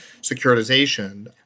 securitization